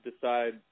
decide